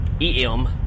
E-M